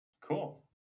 cool